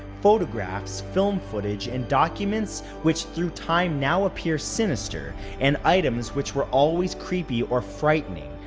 photographs, film footage, and documents which through time now appear sinister, and items which were always creepy or frightening,